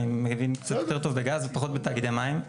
אני מבין קצת יותר טוב בגז ופחות בתאגידי מים.